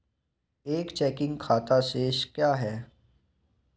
एक चेकिंग खाता शेष क्या है?